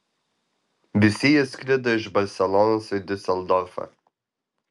visi jie skrido iš barselonos į diuseldorfą